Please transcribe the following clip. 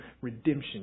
redemption